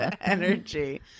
energy